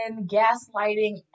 gaslighting